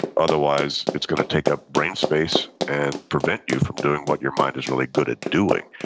otherwise, it's going to take up brain space and prevent you from doing what your mind is really good at doing.